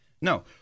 No